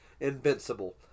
Invincible